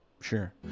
Sure